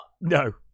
no